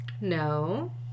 No